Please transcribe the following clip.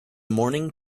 morning